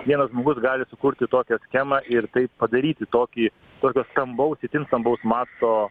vienas žmogus gali sukurti tokią schemą ir taip padaryti tokį tokio stambaus itin svarbaus masto